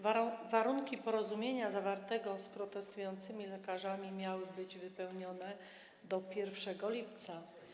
Warunki porozumienia zawartego z protestującymi lekarzami miały być wypełnione do 1 lipca.